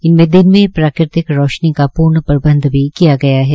इनमें दिन में प्रकृतिक रौशनी का पूर्ण प्रबंध भी किया गया है